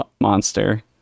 monster